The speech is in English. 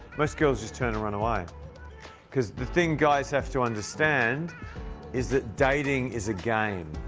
most girls just turn to run away cause the thing guys have to understand is that dating is a game.